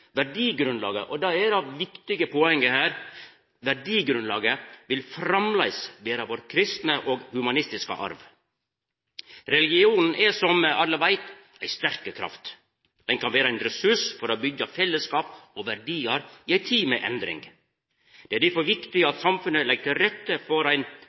Verdigrunnlaget – og det er det viktige poenget her – vil framleis vera vår kristne og humanistiske arv. Religion er, som alle veit, ei sterk kraft. Han kan vera ein ressurs for å byggja fellesskap og verdiar i ei tid med endring. Det er difor viktig at samfunnet legg til rette for ein